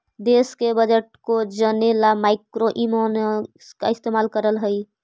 देश के बजट को जने ला मैक्रोइकॉनॉमिक्स का इस्तेमाल करल हई